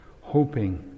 hoping